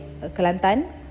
Kelantan